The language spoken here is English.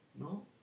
No